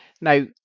Now